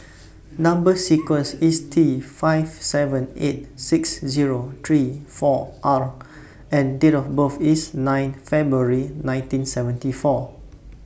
Number sequence IS T five seven eight six Zero three four R and Date of birth IS nine February nineteen seventy four